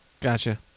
Gotcha